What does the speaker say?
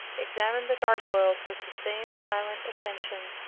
examined the gargoyles with the same silent attention.